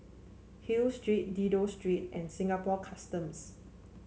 Hill Street Dido Street and Singapore Customs